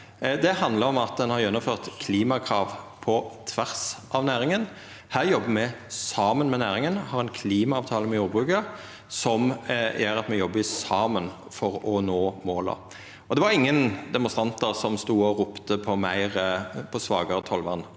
Det handlar om at ein har gjennomført klimakrav på tvers av næringa. Her jobbar me saman med næringa og har ein klimaavtale med jordbruket, som gjer at me jobbar saman for å nå måla. Det var ingen demonstrantar som stod og ropte på svakare tollvern.